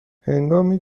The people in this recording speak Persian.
هنگامی